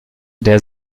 der